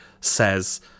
says